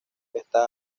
está